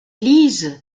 lise